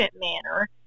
manner